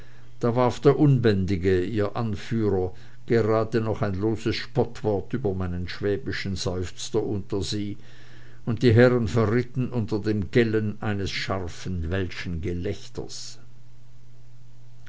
da warf der unbändige ihr anführer gerade noch ein loses spottwort über meinen schwäbischen seufzer unter sie und die herren verritten unter dem gellen eines scharfen welschen